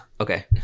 okay